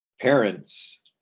parents